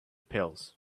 pills